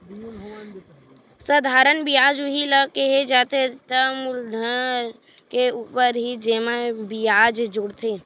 साधारन बियाज उही ल केहे जाथे जब मूलधन के ऊपर ही जेमा बियाज जुड़थे